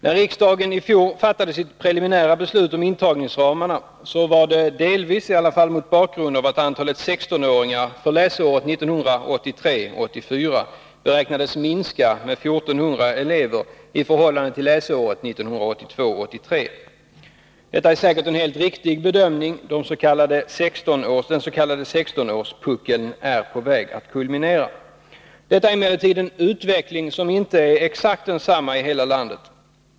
När riksdagen i fjol fattade sitt preliminära beslut om intagningsramarna skedde det delvis mot bakgrund av att antalet 16-åringar läsåret 1983 83. Detta var säkert en helt riktig bedömning. Den s.k. 16-årspuckeln är på väg att kulminera. Detta är emellertid en utveckling som inte är exakt densamma i hela landet.